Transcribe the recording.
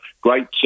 great